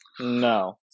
No